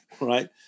right